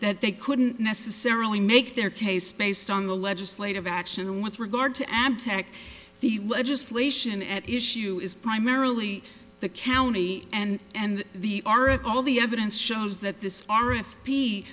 that they couldn't necessarily make their case based on the legislative action with regard to am tech the legislation at issue is primarily the county and and the oric all the evidence shows that this far if he